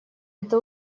это